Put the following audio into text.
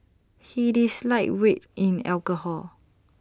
he is lightweight in alcohol